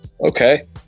okay